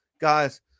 Guys